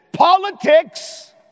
Politics